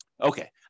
Okay